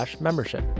membership